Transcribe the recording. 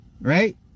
right